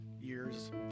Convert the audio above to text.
years